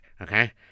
okay